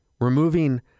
Removing